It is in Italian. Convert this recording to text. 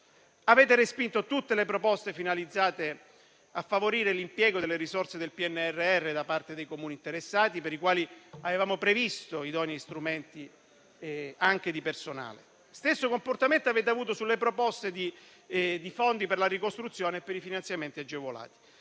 Avete respinto tutte le proposte finalizzate a favorire l'impiego delle risorse del PNRR da parte dei Comuni interessati, per i quali avevamo previsto idonei strumenti anche di personale. Analogo comportamento avete avuto sulle proposte di fondi per la ricostruzione e per i finanziamenti agevolati.